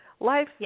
Life